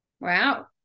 wow